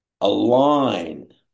align